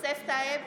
יוסף טייב,